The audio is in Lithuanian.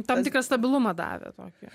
tam tikrą stabilumą davė tokį